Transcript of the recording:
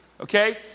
Okay